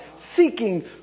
seeking